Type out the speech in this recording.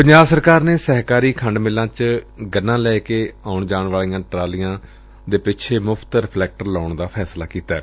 ਪੰਜਾਬ ਸਰਕਾਰ ਨੇ ਸਹਿਕਾਰੀ ਖੰਡ ਮਿਲਾਂ ਚ ਗੰਨਾ ਲੈ ਕੇ ਆਉਣ ਵਾਲੀਆਂ ਟਰਾਲੀਆਂ ਪਿੱਛੇ ਮੁਫ਼ਤ ਰਿਫਲੈਕਟਰ ਲਗਾਉਣ ਦਾ ਫੈਸਲਾ ਕੀਤੈ